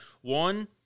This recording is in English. One